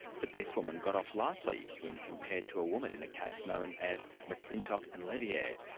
but this woman got off lightly when compared to a woman in a case known as mcclintock and levier.